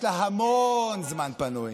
יש לה המון זמן פנוי.